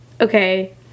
okay